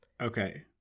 Okay